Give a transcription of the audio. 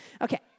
Okay